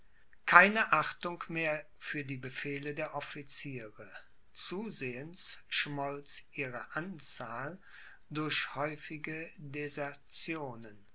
keine achtung mehr für die befehle der officiere zusehends schmolz ihre anzahl durch häufige desertionen